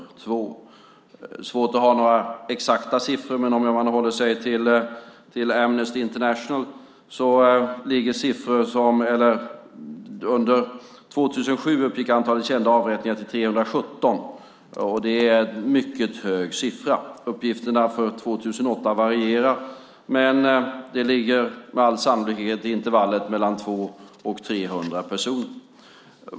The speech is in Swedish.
Det är svårt att ha några exakta siffror, men om man håller sig till Amnesty Internationals uppgick antalet kända avrättningar 2007 till 317. Det är en mycket hög siffra. Uppgifterna för 2008 varierar, men de ligger med all sannolikhet i intervallet mellan 200 och 300 personer.